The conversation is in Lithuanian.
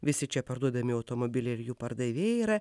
visi čia parduodami automobiliai ir jų pardavėjai yra